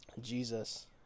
Jesus